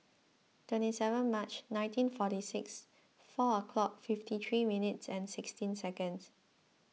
twenty seven March nineteen forty six four o'clock fifty three minutes and sixteen seconds